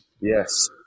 Yes